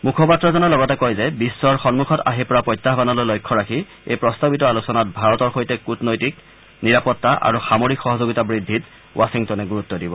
মুখপাত্ৰজনে লগতে কয় যে বিশ্বৰ সন্মুখত আহি পৰা প্ৰত্যাহানলৈ লক্ষ্য ৰাখি এই প্ৰস্তাবিত আলোচনাত ভাৰতৰ সৈতে কূটনৈতিক নিৰাপত্তা আৰু সামৰিক সহযোগিতা বৃদ্ধিত ৱাচিংটনে গুৰুত্ব দিব